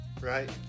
right